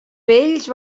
vells